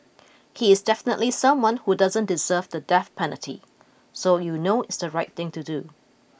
he is definitely someone who doesn't deserve the death penalty so you know it's the right thing to do